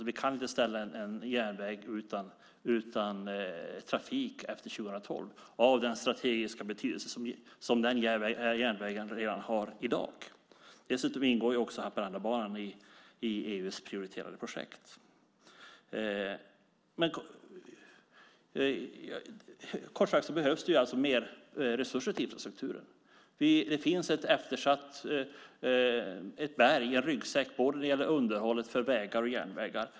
Vi kan inte ha en järnväg utan trafik efter 2012 med tanke på den strategiska betydelse som den järnvägen redan har i dag. Dessutom ingår Haparandabanan i EU:s prioriterade projekt. Kort sagt behövs det mer resurser till infrastrukturen. Det finns ett berg och en ryggsäck när det gäller underhållet av vägar och järnvägar.